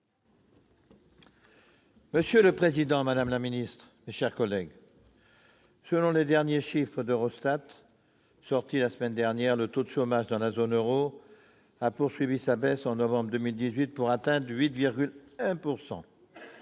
Monsieur le président, madame la ministre, mes chers collègues, selon les derniers chiffres d'Eurostat, sortis la semaine dernière, le taux de chômage dans la zone euro a poursuivi sa baisse en novembre 2018 pour atteindre 8,1 %.